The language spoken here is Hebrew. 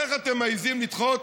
איך אתם מעיזים לדחות,